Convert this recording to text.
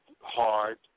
hard